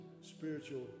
spiritual